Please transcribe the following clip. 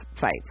fights